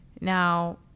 now